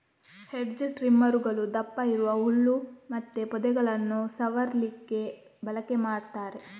hedge ಟ್ರಿಮ್ಮರುಗಳು ದಪ್ಪ ಇರುವ ಹುಲ್ಲು ಮತ್ತೆ ಪೊದೆಗಳನ್ನ ಸವರ್ಲಿಕ್ಕೆ ಬಳಕೆ ಮಾಡ್ತಾರೆ